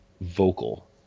vocal